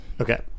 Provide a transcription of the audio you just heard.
Okay